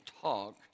talk